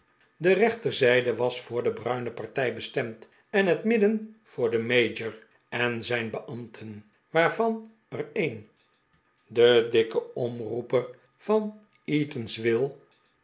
de rechterzijde was voor de bruine partij bestemd en het midden voor den mayor en zijn beambten waarvan er een de dikke omroeper van eatanswill